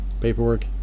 paperwork